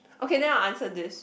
okay then I will answer this